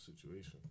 situation